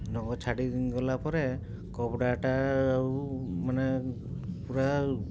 ରଙ୍ଗ ଛାଡ଼ିଗଲା ପରେ କପଡ଼ାଟା ଆଉ ମାନେ ପୁରା